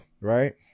Right